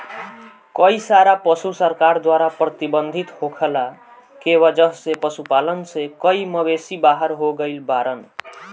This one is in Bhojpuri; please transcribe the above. कई सारा पशु सरकार द्वारा प्रतिबंधित होखला के वजह से पशुपालन से कई मवेषी बाहर हो गइल बाड़न